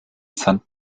saint